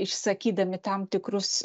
išsakydami tam tikrus